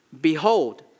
Behold